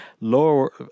Lower